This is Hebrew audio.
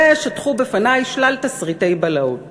ושטחו בפני שלל תסריטי בלהות